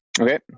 Okay